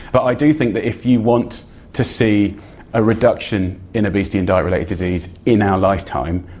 but i do think that if you want to see a reduction in obesity and diet related disease in our lifetime,